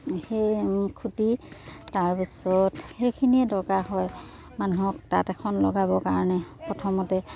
সেই খুঁটি তাৰপিছত সেইখিনিয়ে দৰকাৰ হয় মানুহক তাত এখন লগাবৰ কাৰণে প্ৰথমতে